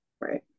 right